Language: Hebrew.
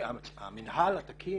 המנהל התקין